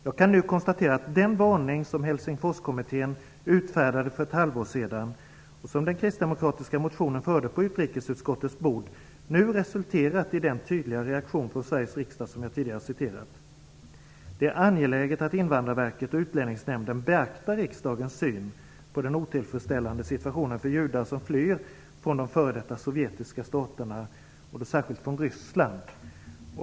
Jag kan nu konstatera att den varning som Helsingforskommittéen utfärdade för ett halvår sedan, och som den kristdemokratiska motionen förde på utrikesutskottets bord, nu resulterat i den tydliga reaktion från Sveriges riksdag som jag tidigare citerade. Det är angeläget att Invandrarverket och Utlänningsnämnden beaktar riksdagens syn på den otillfredsställande situationen för judar som flyr från de f.d. sovjetiska staterna, och särskilt från Ryssland.